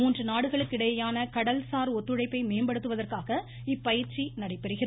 மூன்று நாடுகளுக்கு இடையேயான கடல்சார் ஒத்துழைப்பை மேம்படுத்துவதற்காக இப்பயிற்சி நடைபெறுகிறது